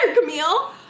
Camille